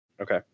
Okay